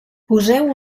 poseu